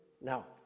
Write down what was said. Now